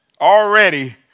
already